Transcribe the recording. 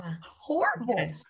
horrible